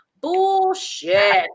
bullshit